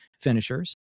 finishers